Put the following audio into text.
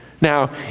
Now